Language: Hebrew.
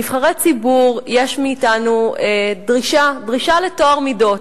נבחרי ציבור, יש מאתנו דרישה, דרישה לטוהר מידות,